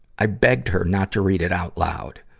i begged her not to read it out loud.